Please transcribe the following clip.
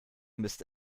müsste